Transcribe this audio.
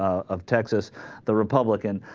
of texas the republican